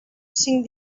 cinc